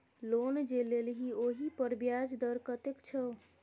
loan जे लेलही ओहिपर ब्याज दर कतेक छौ